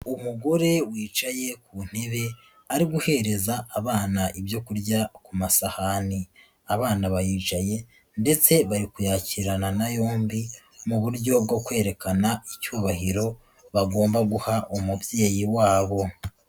Umugore wicaye ku ntebe ari guhereza abana ibyo kurya ku masahani, abana baricaye ndetse bari kuyakirana na yombi, mu buryo bwo kwerekana icyubahiro bagomba guha umubyeyi wabo.